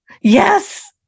Yes